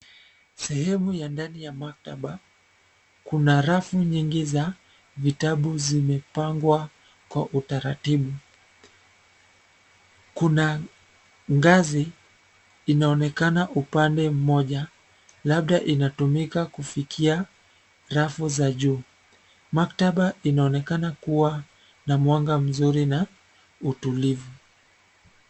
Sehemu ya ndani ya maktaba, kuna rafu nyingi za, vitabu zimepangwa, kwa utaratibu. Kuna, ngazi, inaonekana upande mmoja, labda inatumika kufikia, rafu za juu. Maktaba inaonekana kuwa, na mwanga mzuri na, utulivu.